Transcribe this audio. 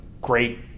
great